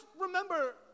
remember